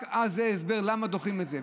רק זה ההסבר למה דוחים את זה.